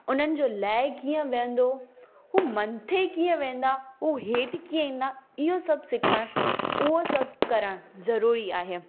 उन्हनि जो लय कीअं वेहंदो हो मंथे कीअं वेंदा हूअ हेठि कीअं ईंदा इहो सभु सिखण हूअ सभु करण ज़रूरी आहे